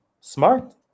smart